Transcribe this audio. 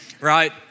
Right